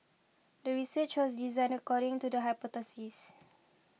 the research was designed according to the hypothesis